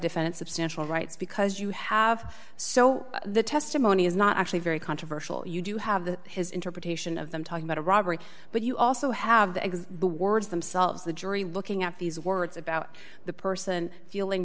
defense substantial rights because you have so the testimony is not actually very controversial you do have the his interpretation of them talking about a robbery but you also have the eggs the words themselves the jury looking at these words about the person feeling